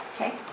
Okay